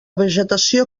vegetació